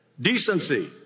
decency